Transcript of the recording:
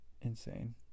insane